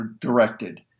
directed